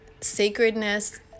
sacredness